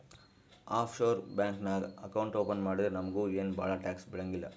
of sure bank ನಾಗ್ account open ಮಾಡಿದ್ರ ನಮುಗ ಏನ್ ಭಾಳ ಟ್ಯಾಕ್ಸ್ ಬೀಳಂಗಿಲ್ಲ